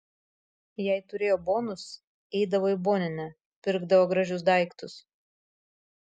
jei turėjo bonus eidavo į boninę pirkdavo gražius daiktus